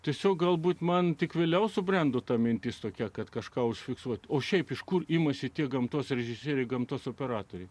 tiesiog galbūt man tik vėliau subrendo ta mintis tokia kad kažką užfiksuoti o šiaip iš kur imasi tiek gamtos režisieriui gamtos operatoriui